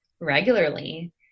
regularly